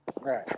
Right